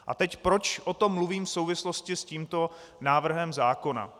A teď proč o tom mluvím v souvislosti s tímto návrhem zákona.